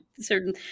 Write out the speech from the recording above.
Certain